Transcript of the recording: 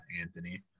Anthony